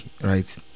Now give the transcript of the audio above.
right